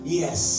yes